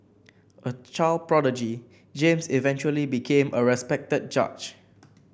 a child prodigy James eventually became a respected judge